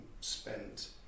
spent